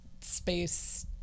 space